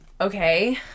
okay